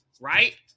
right